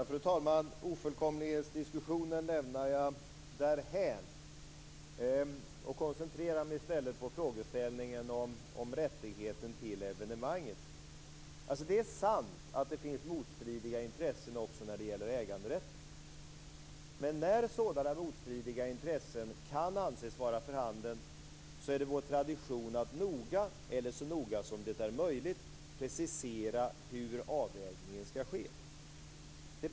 Fru talman! Ofullkomlighetsdiskussionen lämnar jag därhän. Jag koncentrerar mig på frågan om rättigheten till evenemanget. Det är sant att det finns motstridiga intressen även när det gäller äganderätten. Men när sådana motstridiga intressen kan anses vara för handen, är det vår tradition att så noga som det är möjligt precisera hur avvägningen skall ske.